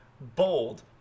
Bold